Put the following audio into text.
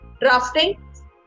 drafting